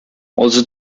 also